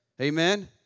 Amen